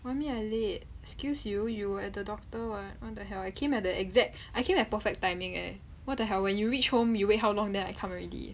why me I late excuse you you were at the doctor [what] what the hell I came at the exact I came at perfect timing eh what the hell when you reach home you wait how long then I come already